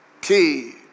Key